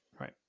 Right